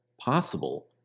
possible